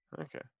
Okay